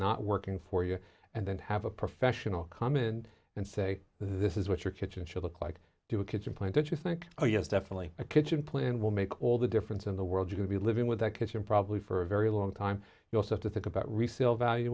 not working for you and then have a professional come in and say this is what your kitchen should look like do a kitchen plan that you think oh yes definitely a kitchen plan will make all the difference in the world you could be living with that kitchen probably for a very long time you also have to think about resale value